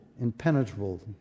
impenetrable